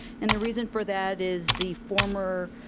and the reason for that is the former